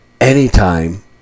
anytime